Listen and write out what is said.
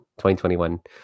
2021